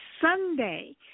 Sunday